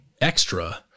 extra